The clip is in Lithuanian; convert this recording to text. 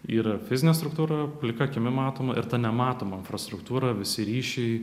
yra fizinė struktūra plika akimi matoma ir ta nematoma infrastruktūra visi ryšiai